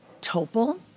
Topol